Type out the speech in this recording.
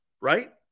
right